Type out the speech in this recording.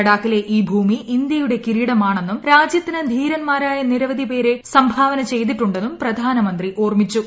ലഡാക്കിലെ ഈ ഭൂമി ഇന്ത്യയുടെ കിരീടമാണെന്നും രാജ്യത്തിന് ധീരന്മാരായ നിരവധി പേരെ സംഭാവന ചെയ്തിട്ടുണ്ടെന്നും പ്രധാനമന്ത്രി ഓർമ്മിച്ചു